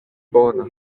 bona